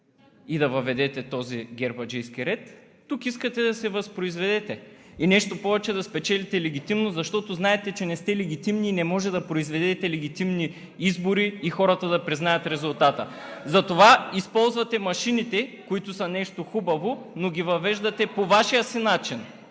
и да въведете този гербаджийски ред, тук искате да се възпроизведете. И нещо повече – да спечелите легитимност, защото знаете, че не сте легитимни и не можете да произведете легитимни избори и хората да признаят резултата. (Силен шум и реплики от ГЕРБ.) Затова използвате машините, които са нещо хубаво, но ги въвеждате по Вашия си начин